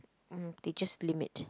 mm they just limit